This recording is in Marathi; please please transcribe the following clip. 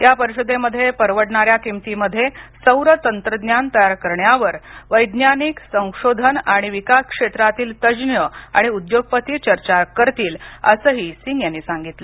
या परिषदेमध्ये परवडणाऱ्या किमतीमध्ये सौर तंत्रज्ञान तयार करण्यावर वैज्ञानिक संशोधन आणि विकास क्षेत्रातील तज्ञ आणि उद्योगपती चर्चा करतील असंही सिंग यांनी सांगितलं